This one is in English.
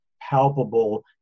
palpable